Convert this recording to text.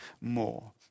more